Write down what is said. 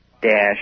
dash